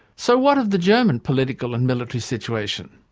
so what of the german political and military situation?